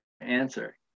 answer